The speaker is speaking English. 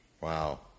Wow